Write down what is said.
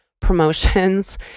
promotions